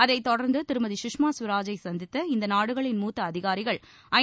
அதைத் தொடர்ந்து திருமதி சுஷ்மா சுவராஜை சந்தித்த இந்த நாடுகளின் மூத்த அதிகாரிகள் ஐ